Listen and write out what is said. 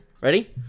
Ready